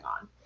on